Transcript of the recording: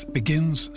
begins